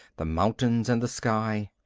the mountains and the sky.